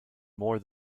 more